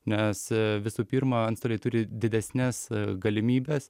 nes visų pirma antstoliai turi didesnes galimybes